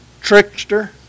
Trickster